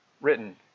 written